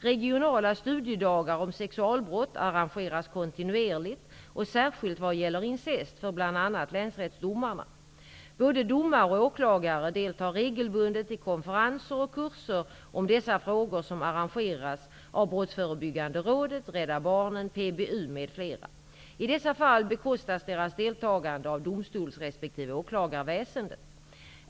Regionala studiedagar om sexualbrott arrangeras kontinuerligt och särskilt vad gäller incest för bl.a. länsrättsdomarna. Både domare och åklagare deltar regelbundet i konferenser och kurser om dessa frågor som arrangeras av Brottsförebyggande Rådet, Rädda Barnen, PBU m.fl. I dessa fall bekostas deras deltagande av domstols resp. åklagarväsendet.